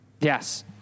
Yes